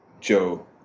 Joe